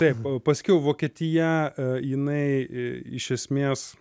taip paskiau vokietija jinai iš esmės